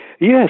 Yes